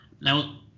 Now